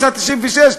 בשנת 1996,